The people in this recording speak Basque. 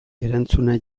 erantzuna